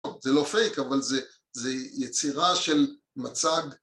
זה לא פייק אבל זה יצירה של מצג